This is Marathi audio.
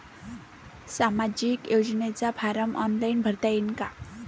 सामाजिक योजनेचा फारम ऑनलाईन भरता येईन का?